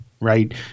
right